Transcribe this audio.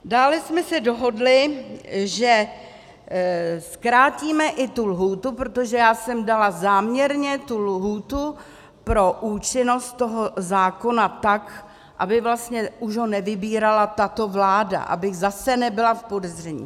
Dále jsme se dohodli, že zkrátíme i tu lhůtu, protože já jsem dala záměrně lhůtu pro účinnost toho zákona tak, aby vlastně už ho nevybírala tato vláda, abych zase nebyla v podezření.